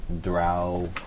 drow